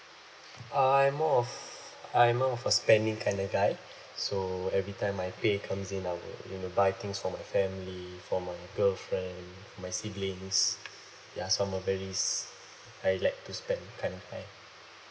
uh I'm more of I'm more of a spending kinda guy so every time my pay comes in I will you know buy things for my family for my girlfriend for my siblings ya so I'm a very s~ I like to spend kind of guy